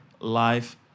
life